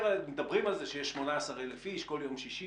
ודברים על זה שיש 18,000 איש כל יום שישי,